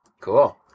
Cool